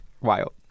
Wild